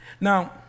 Now